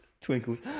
Twinkles